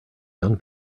young